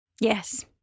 Yes